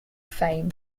fame